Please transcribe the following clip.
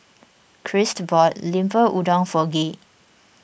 Christ bought Lemper Udang for Gay